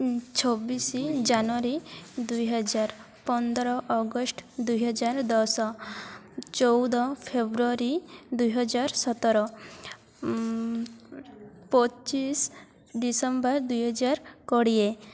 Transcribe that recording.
ଛବିଶି ଜାନୁଆରୀ ଦୁଇହଜାର ପନ୍ଦର ଅଗଷ୍ଟ ଦୁଇହଜାର ଦଶ ଚଉଦ ଫେବୃଆରୀ ଦୁଇ ହଜାର ସତର ପଚିଶି ଡିସେମ୍ବର ଦୁଇହଜାର କୋଡ଼ିଏ